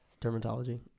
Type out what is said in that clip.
dermatology